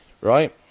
right